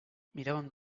miràvem